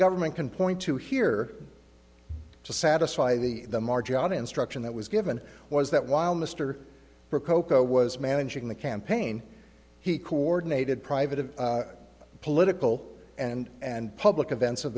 government can point to here to satisfy the marjon instruction that was given was that while mr rococo was managing the campaign he coordinated private of political and and public events of